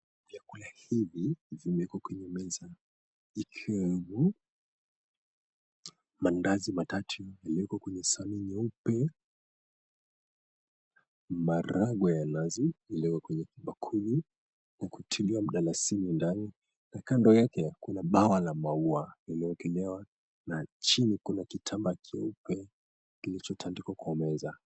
Vyakula hivi vimewekwa kwenye meza ikiwemo maandazi matatu yaliyowekwa kwenye sahani nyeupe, maharagwe ya nazi iliyowekwa kwenye bakuli na kutiliwa mdalasini ndani, na kando yake kuna bwawa la maua lililoekelewa, na chini kuna kitambaa keupe kilichotandikwa kwa meza.